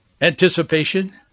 anticipation